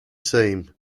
same